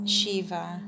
Shiva